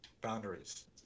boundaries